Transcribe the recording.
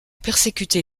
persécuter